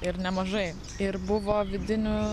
ir nemažai ir buvo vidinių